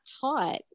taught